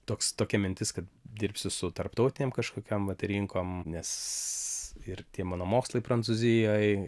toks tokia mintis kad dirbsi su tarptautinėm kažkokiom vat rinkom nes ir tie mano mokslai prancūzijoj